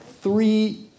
three